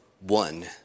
one